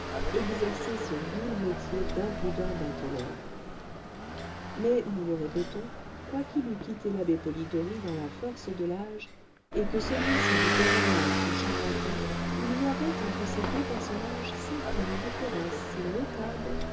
exercer ce vil métier d'impudent bateleur mais nous le répétons quoiqu'il eût quitté l'abbé polidori dans la force de l'âge et que celui-ci dût avoir l'âge du charlatan il y avait entre ces deux personnages certaines différences si notables